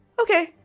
Okay